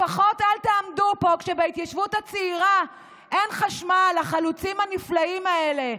לפחות אל תעמדו פה כשבהתיישבות הצעירה אין חשמל לחלוצים הנפלאים האלה,